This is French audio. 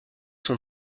sont